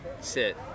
sit